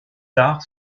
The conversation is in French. tard